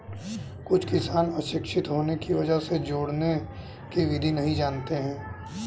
कुछ किसान अशिक्षित होने की वजह से जोड़ने की विधि नहीं जानते हैं